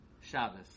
Shabbos